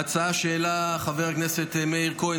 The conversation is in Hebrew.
ההצעה שהעלה חבר הכנסת מאיר כהן,